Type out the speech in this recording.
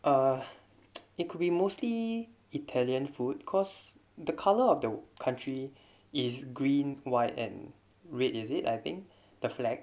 or it could be mostly italian food costs the colour of the country is green white and red is it I think the flag